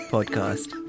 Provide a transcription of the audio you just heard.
Podcast